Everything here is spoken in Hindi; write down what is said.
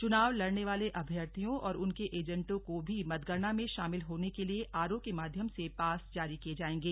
चुनाव लड़ने वाले अभ्यर्थियों और उनके एजेन्टों को भी मतगणना में शामिल होने के लिए आरओ के माध्यम पास जारी किए जाएंगे